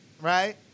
right